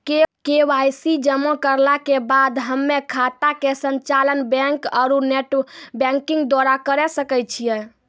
KYC जमा करला के बाद हम्मय खाता के संचालन बैक आरू नेटबैंकिंग द्वारा करे सकय छियै?